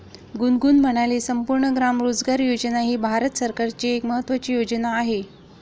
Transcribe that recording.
गुनगुन म्हणाले, संपूर्ण ग्राम रोजगार योजना ही भारत सरकारची एक महत्त्वाची योजना आहे